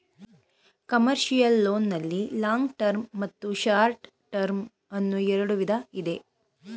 commercial loan ನಲ್ಲಿ long term ಮತ್ತು short term ಅನ್ನೋ ಎರಡು ವಿಧ ಇದೆ